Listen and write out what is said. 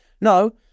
no